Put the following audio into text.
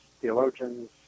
theologians